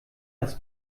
das